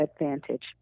advantage